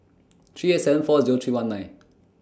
three eight seven four Zero three one nine